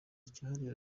kihariye